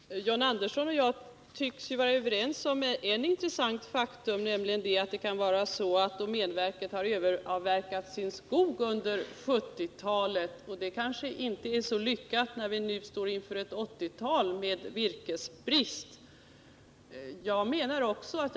Herr talman! John Andersson och jag tycks vara överens om en intressant faktor, nämligen att det kan vara så att domänverket har överavverkat sin skog under 1970-talet. Det kanske inte är så lyckat när vi nu står inför ett 1980-tal med virkesbrist.